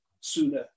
sooner